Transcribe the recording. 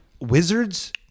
Wizards